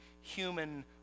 human